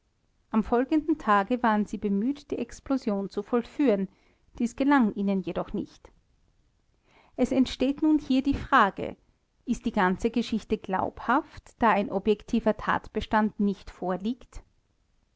am folgenden tage waren sie bemüht die explosion zu vollführen dies gelang ihnen jedoch nicht es entsteht nun hier die frage ist die ganze geschichte glaubhaft da ein objektiver tatbestand nicht vorliegt